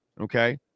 okay